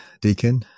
deacon